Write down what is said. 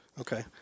Okay